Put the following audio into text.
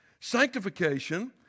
Sanctification